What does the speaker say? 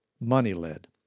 money-led